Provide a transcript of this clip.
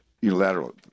unilateral